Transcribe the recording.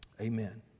Amen